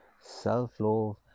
self-love